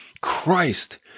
Christ